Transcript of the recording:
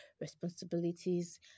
responsibilities